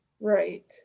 Right